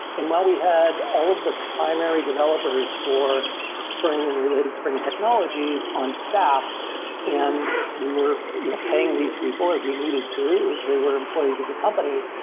and while we had all the primary developers for spring and related spring technologies on staff and we were you know paying these people as we needed to, as they were employees of the company.